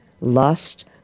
lust